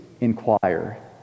inquire